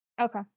Okay